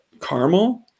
caramel